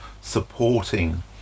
supporting